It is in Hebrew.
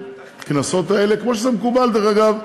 הקנסות האלה, כמו שזה מקובל, דרך אגב,